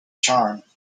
charm